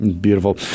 Beautiful